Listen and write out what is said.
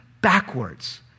backwards